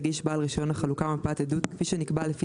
יגיש בעל רישיון החלוקה מפת עדות כפי שנקבע לפי